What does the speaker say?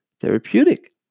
therapeutic